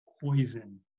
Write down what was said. poison